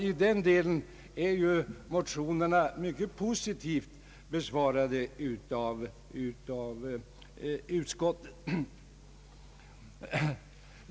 I denna del är alltså motionerna mycket positivt besvarade av utskottet.